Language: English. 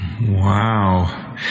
wow